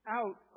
out